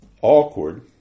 awkward